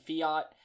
Fiat